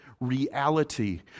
reality